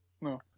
No